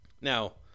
Now